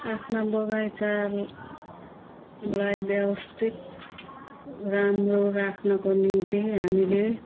आफ्ना बगैँचालाई व्यवस्थित राम्रो राख्नको निम्ति हामीले